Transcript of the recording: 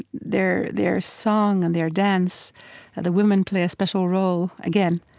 their their song and their dance the women play a special role, again,